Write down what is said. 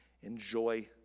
enjoy